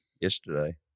yesterday